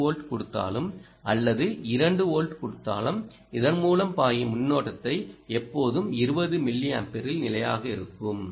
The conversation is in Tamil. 3 வோல்ட் கொடுத்தாலும் அல்லது 2 வோல்ட் கொடுத்தாலும் இதன் மூலம் பாயும் மின்னோட்டத்தை எப்போதும் 20 மில்லியம்பியரில் நிலையாக இருக்கும்